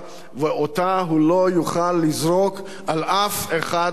ואותה הוא לא יוכל לזרוק על אף אחד אחר.